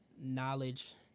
Knowledge